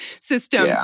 system